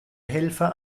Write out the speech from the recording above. helfer